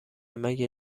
مگه